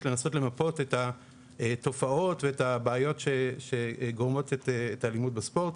לנסות למפות את התופעות ואת הבעיות שגורמות את האלימות בספורט.